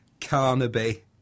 Carnaby